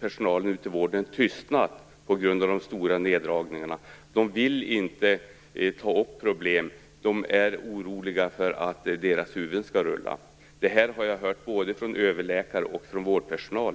personalen i vården har tystnad på grund av de stora neddragningarna. De vill inte ta upp problem. De är oroliga för att deras huvuden skall rulla. Detta har jag hört både från överläkare och från vårdpersonal.